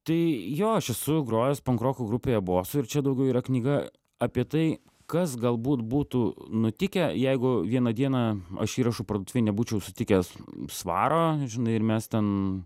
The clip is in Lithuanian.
tai jo aš esu grojęs pankroko grupėje bosu ir čia daugiau yra knyga apie tai kas galbūt būtų nutikę jeigu vieną dieną aš įrašų parduotuvėj nebūčiau sutikęs svaro žinai ir mes ten